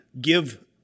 give